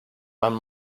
man